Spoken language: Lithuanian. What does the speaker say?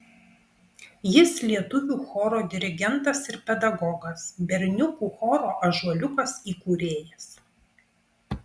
jis lietuvių choro dirigentas ir pedagogas berniukų choro ąžuoliukas įkūrėjas